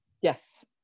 Yes